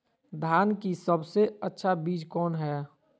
धान की सबसे अच्छा बीज कौन है?